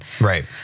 Right